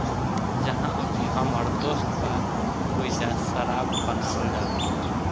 जाहा अभी हमर दोस्त बा ओइजा शराब बनावल जाला